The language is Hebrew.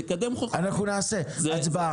תקדם --- אנחנו נעשה הצבעה.